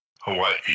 Hawaii